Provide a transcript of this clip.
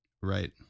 Right